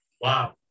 wow